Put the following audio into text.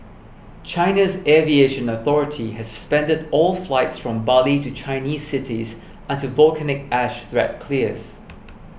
China's aviation authority has suspended all flights from Bali to Chinese cities until volcanic ash threat clears